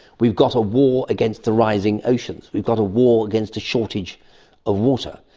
we've got a war against the rising oceans, we've got a war against a shortage of water.